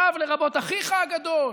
וי"ו, "לרבות אחיך הגדול".